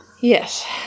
Yes